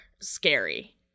scary